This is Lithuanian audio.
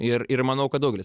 ir ir manau kad daugelis